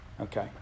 Okay